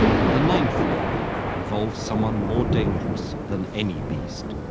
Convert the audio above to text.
but the ninth labor involved someone more dangerous than any beast,